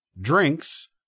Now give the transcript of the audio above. drinks